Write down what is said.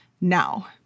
now